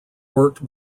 worked